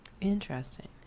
Interesting